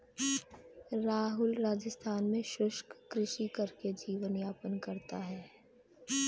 राहुल राजस्थान में शुष्क कृषि करके जीवन यापन करता है